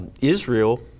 Israel